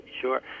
sure